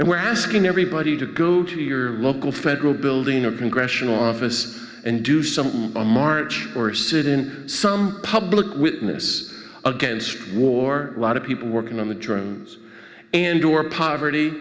and we're asking everybody to go to your local federal building or congressional office and do some a march or sit in some public witness against war a lot of people working on the drones and or poverty